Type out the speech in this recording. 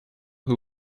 who